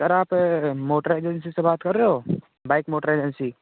sir आप motor agency से बात कर रहे हो बाइक मोटर एजेंसी